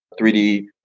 3D